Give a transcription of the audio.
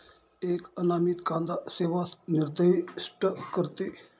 एक अनामित कांदा सेवा निर्दिष्ट करते